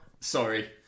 sorry